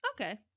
Okay